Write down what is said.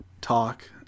talk